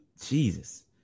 Jesus